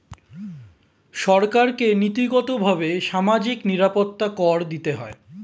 সরকারকে নীতিগতভাবে সামাজিক নিরাপত্তা কর দিতে হয়